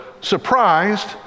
surprised